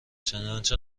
چنانچه